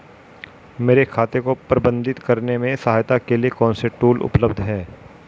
मेरे खाते को प्रबंधित करने में सहायता के लिए कौन से टूल उपलब्ध हैं?